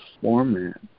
format